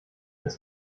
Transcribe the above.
das